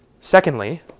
Secondly